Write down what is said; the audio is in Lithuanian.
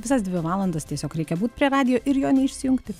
visas dvi valandas tiesiog reikia būt prie radijo ir jo neišsijungti